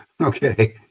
okay